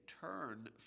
turn